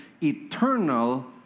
eternal